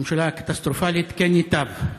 ממשלה קטסטרופלית, כן ייטב.